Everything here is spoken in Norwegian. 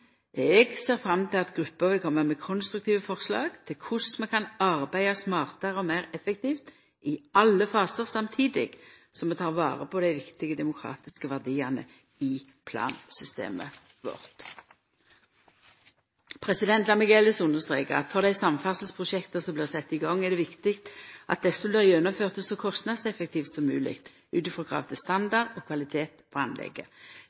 Eg ser fram til at gruppa vil koma med konstruktive forslag til korleis vi kan arbeida smartare og meir effektivt i alle fasar samstundes som vi tek vare på dei viktige demokratiske verdiane i plansystemet vårt. Lat meg elles understreka at for dei samferdsleprosjekta som blir sette i gang, er det viktig at desse blir gjennomførte så kostnadseffektivt som mogleg, ut frå krav til standard og kvalitet på anlegget.